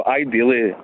ideally